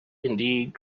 indeed